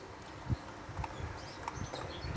oh